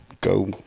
go